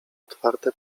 otwarte